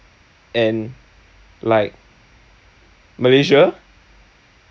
and like malaysia